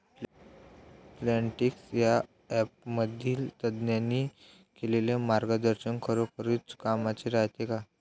Plantix या ॲपमधील तज्ज्ञांनी केलेली मार्गदर्शन खरोखरीच कामाचं रायते का?